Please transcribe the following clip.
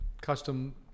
Custom